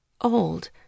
old